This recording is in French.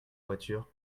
voiture